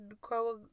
grow